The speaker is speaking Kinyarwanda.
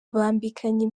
bambikanye